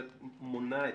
את מונה את